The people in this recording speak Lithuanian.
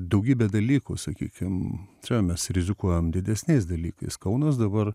daugybė dalykų sakykim mes rizikuojam didesniais dalykais kaunas dabar